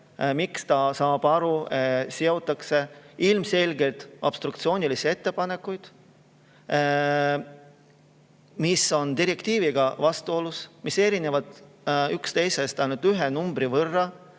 aru –, et seotakse ilmselgelt obstruktsioonilised ettepanekud, mis on direktiiviga vastuolus, mis erinevad üksteisest ainult ühe numbri võrra,